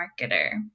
marketer